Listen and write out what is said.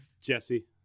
jesse